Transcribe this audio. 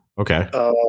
okay